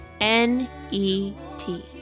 N-E-T